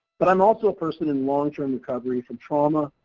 but i'm also a person in long-term recovery from trauma,